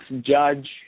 judge